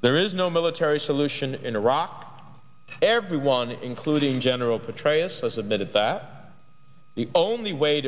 there is no military solution in iraq everyone including general petraeus has admitted that the only way